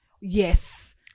yes